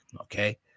Okay